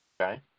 Okay